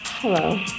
Hello